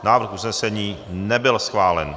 Návrh usnesení nebyl schválen.